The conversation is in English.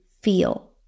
feel